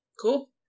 cool